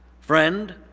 Friend